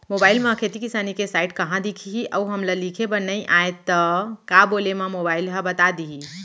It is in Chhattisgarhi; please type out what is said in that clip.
मोबाइल म खेती किसानी के साइट कहाँ दिखही अऊ हमला लिखेबर नई आय त का बोले म मोबाइल ह बता दिही?